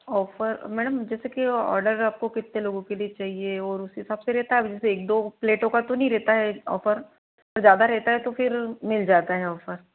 offer madam जैसे कि order आपको कितने लोगों के लिए चाहिए और उसी हिसाब से रहता है जैसे एक दो प्लेटोँ का तो नहीं रहता है ऑफ़र ज़्यादा रहता है तो फिर मिल जाता है ऑफ़र